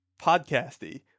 podcasty